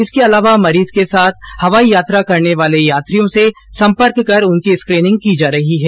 इसके अलावा मरीज के साथ हवाई यात्रा करने वाले यात्रियों से संपर्क कर उनकी स्क्रीनिंग की जा रही है